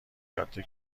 جاده